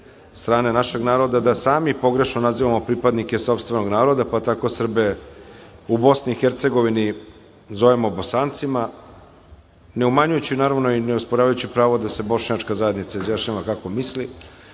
strane našeg naroda, da sami pogrešno nazivamo pripadnike sopstvenog naroda, pa tako Srbe u BiH zovemo Bosancima, ne umanjujući naravno i ne osporavajući pravo da se bošnjačka zajednica izjašnjava kako misli.